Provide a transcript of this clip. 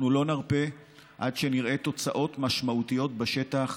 אנחנו לא נרפה עד שנראה תוצאות משמעותיות בשטח,